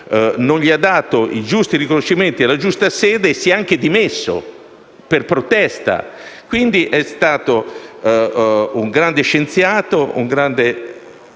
non gli ha dato i giusti riconoscimenti e la giusta sede, si è anche dimesso per protesta. È stato un grande scienziato e un grande